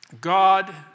God